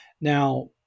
Now